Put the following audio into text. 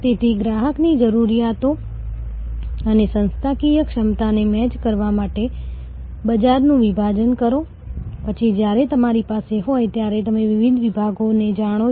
તેથી ગ્રાહક સાથેના લાંબા ગાળાના સંબંધથી તમને મળતો વધારો માત્ર લાભ નથી પરંતુ તમને બહુવિધ લાભો મળે છે